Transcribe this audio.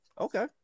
Okay